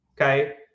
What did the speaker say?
Okay